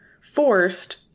forced